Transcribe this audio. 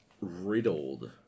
riddled